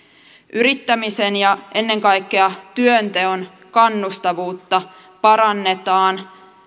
yrittämisen ja ennen kaikkea työnteon kannustavuutta parannetaan